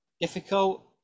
difficult